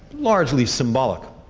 largely symbolic